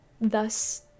thus